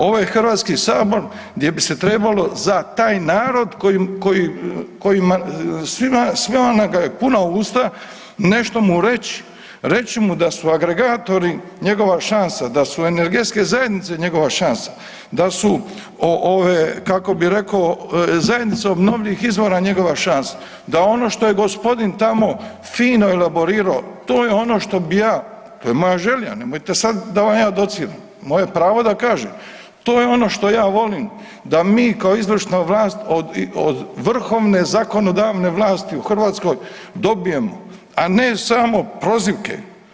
Ovo je Hrvatski sabor gdje bi se trebalo za taj narod koji, kojima svima nam ga je puna usta nešto mu reći, reći mu da su agregatori njegova šansa, da su energetske zajednice njegova šansa, da su ove kako bi rekao zajednice obnovljivih izvora njegova šansa, da ono što je gospodin tamo fino elaborirao to je ono što bi ja, to je moja želja, nemojte sad da vam ja dociram, moje je pravo da ja kažem, to je ono što ja volim da mi kao izvršna vlast od vrhovne, zakonodavne vlasti u Hrvatskoj dobijemo, a ne samo prozivke.